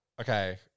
Okay